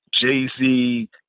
Jay-Z